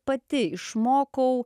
pati išmokau